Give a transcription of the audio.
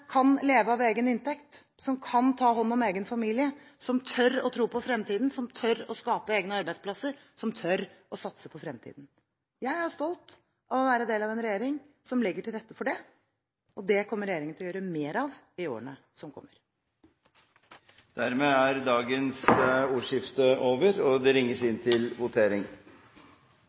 kan leve av egen inntekt, som kan ta hånd om egen familie, som tør å tro på fremtiden, som tør å skape egne arbeidsplasser, som tør å satse på fremtiden. Jeg er stolt av å være del av en regjering som legger til rette for det, og det kommer regjeringen til å gjøre mer av i årene som kommer. Flere har ikke bedt om ordet til sakene nr. 1 og 2. Stortinget er klar til å gå til votering.